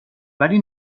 ولی